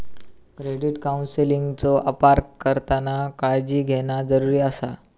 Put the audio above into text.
credit काउन्सेलिंगचो अपार करताना काळजी घेणा जरुरी आसा